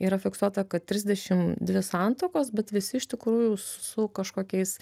yra fiksuota kad trisdešimt dvi santuokos bet visi iš tikrųjų su kažkokiais